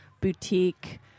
boutique